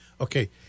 Okay